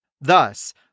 Thus